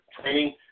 training